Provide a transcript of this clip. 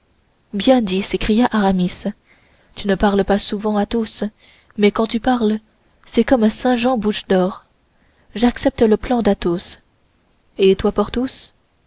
bien dit s'écria aramis tu ne parles pas souvent athos mais quand tu parles c'est comme saint jean bouche d'or j'adopte le plan d'athos et toi porthos moi